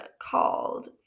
called